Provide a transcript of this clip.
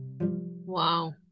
Wow